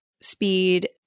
speed